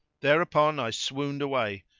thereupon i swooned away,